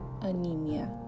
anemia